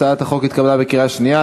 הצעת החוק התקבלה בקריאה שנייה.